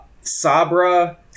Sabra